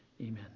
Amen